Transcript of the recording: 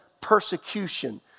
persecution